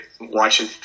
watching